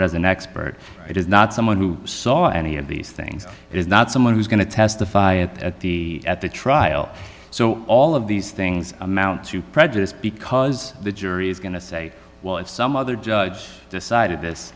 d as an expert it is not someone who saw any of these things is not someone who's going to testify at the at the trial so all of these things amount to prejudice because the jury is going to say well if some other judge decided this